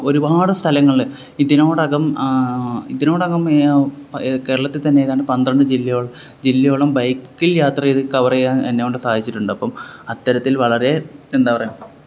ഒരുപാട് സ്ഥലങ്ങള് ഇതിനോടകം ഇതിനോടകം മെ കേരളത്തിൽ തന്നെ ഏതാണ്ട് പന്ത്രണ്ട് ജില്ലയോളം ജില്ലയോളം ബൈക്കില് യാത്ര ചെയ്ത് കവർ ചെയ്യാൻ എന്നെ കൊണ്ട് സാധിച്ചിട്ടുണ്ടപ്പം അത്തരത്തില് വളരേ എന്താ പറയുക